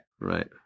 Right